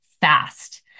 fast